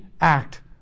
act